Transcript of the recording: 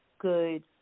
good